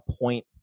point